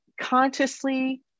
consciously